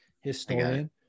historian